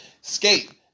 skate